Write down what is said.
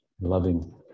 loving